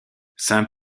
saint